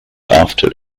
after